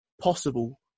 possible